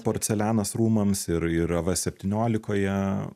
porcelianas rūmams ir ir v septyniolikoje